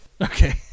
okay